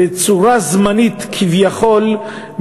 בצורה זמנית כביכול,